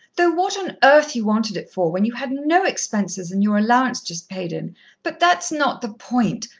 though what on earth you wanted it for, when you had no expenses and your allowance just paid in but that's not the point.